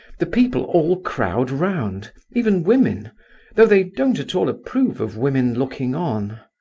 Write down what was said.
the people all crowd round even women though they don't at all approve of women looking on.